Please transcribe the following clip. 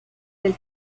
del